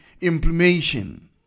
Implementation